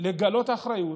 לגלות אחריות.